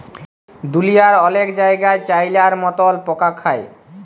দুঁলিয়ার অলেক জায়গাই চাইলার মতল পকা খায়